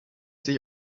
sich